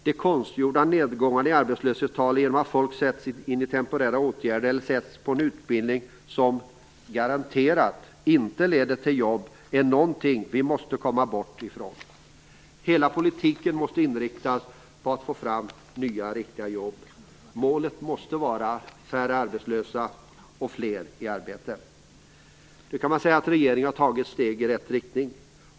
De konstgjorda nedgångarna i arbetslöshetstalen genom att folk sätts in i temporära åtgärder eller sätts på en utbildning som nästan garanterat inte leder till jobb är någonting som vi måste komma bort ifrån. Hela politiken måste inriktas på att få fram nya riktiga jobb. Målet måste vara färre arbetslösa och fler i arbete. Regeringen kan nu sägas ha tagit några steg i rätt riktning.